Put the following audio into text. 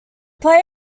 play